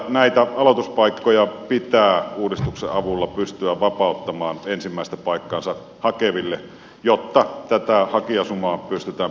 näitä aloituspaikkoja pitää uudistuksen avulla pystyä vapauttamaan ensimmäistä paikkaansa hakeville jotta tätä hakijasumaa pystytään pikkuhiljaa purkamaan